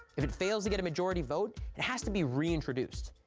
if it fails to get a majority vote, it has to be reintroduced.